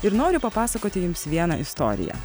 ir noriu papasakoti jums vieną istoriją